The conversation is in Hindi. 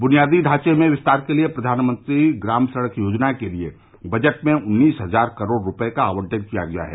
बुनियादी ढांचे में विस्तार के लिए प्रधानमंत्री ग्राम सड़क योजना के लिए बजट में उन्नीस हजार करोड़ रूपये का आवंटन किया गया है